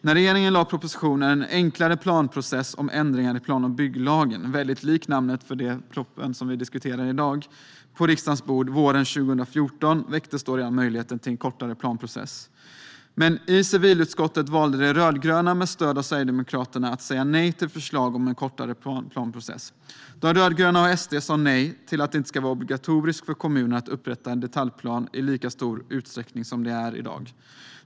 När regeringen lade propositionen En enklare planprocess , om ändringar i plan och bygglagen - det är väldigt likt namnet på den proposition som vi diskuterar i dag - på riksdagens bord våren 2014 väcktes redan då möjligheten till en kortare planprocess. Men i civilutskottet valde de rödgröna, med stöd av Sverigedemokraterna, att säga nej till förslag om en kortare planprocess. De rödgröna och SD sa nej till att det inte ska vara obligatoriskt för kommunerna att upprätta en detaljplan i lika stor utsträckning som i dag.